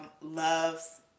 loves